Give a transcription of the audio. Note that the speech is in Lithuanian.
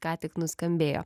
ką tik nuskambėjo